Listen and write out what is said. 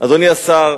אדוני השר,